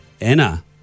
Anna